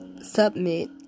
submit